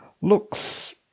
looks